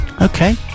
Okay